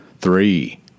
three